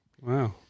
Wow